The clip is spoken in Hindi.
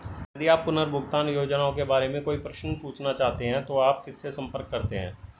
यदि आप पुनर्भुगतान योजनाओं के बारे में कोई प्रश्न पूछना चाहते हैं तो आप किससे संपर्क करते हैं?